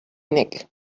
nick